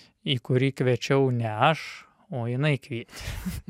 į kurį kviečiau ne aš o jinai kvietė